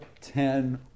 ten